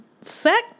sack